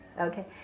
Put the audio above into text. Okay